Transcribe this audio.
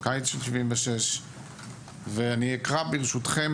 בקיץ ואני אקרא ברשותכם,